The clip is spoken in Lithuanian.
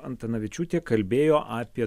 antanavičiūtė kalbėjo apie